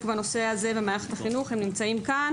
בנושא הזה במערכת החינוך הם נמצאים כאן